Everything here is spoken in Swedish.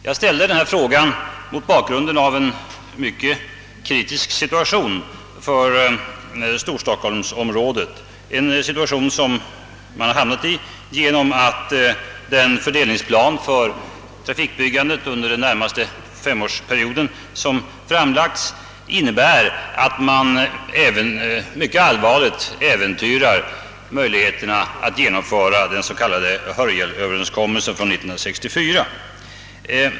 Jag ställde denna fråga mot bakgrunden av en mycket kritisk situation för storstockholmsområdet, en situation som man hamnat i på grund av den fördelningsplan för trafikbyggandet under den närmaste femårsperioden som framlagts. Detta innebär nämligen att man mycket allvarligt äventyrar möjligheterna att genomföra den s.k. Hörjelöverenskommelsen från år 1964.